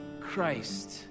Christ